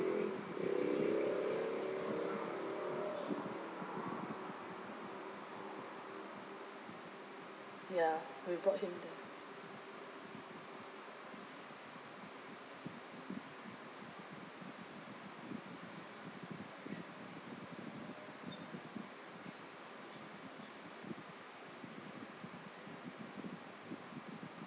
ya we brought him there